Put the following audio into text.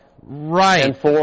Right